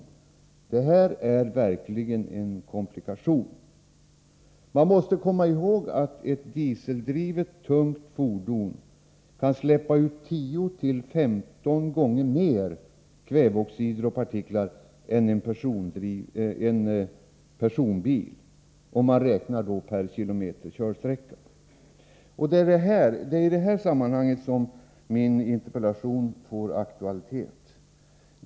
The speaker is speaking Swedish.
Detta är verkligen en komplikation. Man måste komma ihåg att ett dieseldrivet tungt fordon kan släppa ut 10-15 gånger mer kväveoxider och partiklar än en personbil, räknat per kilometer körsträcka. 93 Det är i det här sammanhanget som min interpellation får aktualitet.